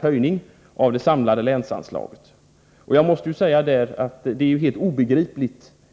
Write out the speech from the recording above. höjning av det samlade länsanslaget med 100 milj.kr.